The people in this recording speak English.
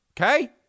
okay